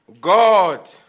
God